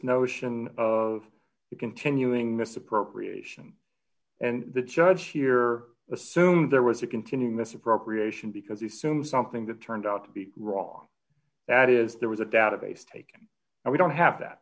notion of continuing this appropriation and the judge here assumed there was a continuing this appropriation because assumed something that turned out to be wrong that is there was a database taken and we don't have that